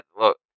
look